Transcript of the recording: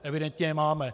Evidentně je máme.